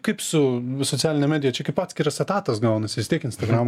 kaip su socialine medija čia kaip atskiras etatas gaunasi vis tiek instagramą